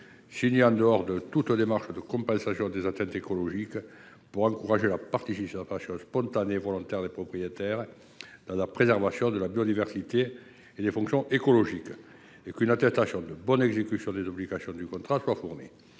signés en dehors de toute démarche de compensation des atteintes écologiques pour encourager la participation spontanée et volontaire des propriétaires dans la préservation de la biodiversité et des fonctions écologiques. Je précise à mon tour qu’une attestation de bonne exécution des obligations du contrat devra être fournie.